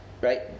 right